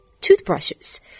toothbrushes